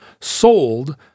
sold